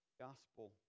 Gospel